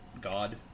God